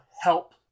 help